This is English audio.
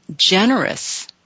generous